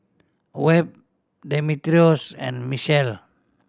Webb Demetrios and Mechelle